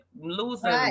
losing